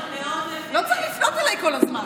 לא צריך לצעוק עליי כל הזמן.